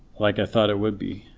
like i thought it would be,